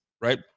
Right